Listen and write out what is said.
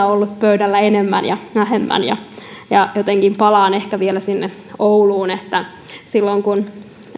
ollut pöydällä välillä enemmän ja välillä vähemmän jotenkin palaan ehkä vielä sinne ouluun että silloin kun